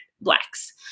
blacks